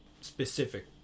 specific